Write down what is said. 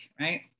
right